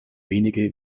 wenige